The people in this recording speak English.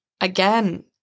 again